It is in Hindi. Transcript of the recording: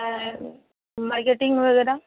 आया तू मार्केटिंग होइ गडा